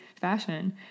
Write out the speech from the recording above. fashion